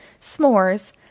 s'mores